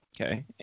Okay